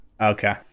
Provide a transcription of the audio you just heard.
Okay